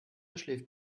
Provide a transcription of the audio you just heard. schläft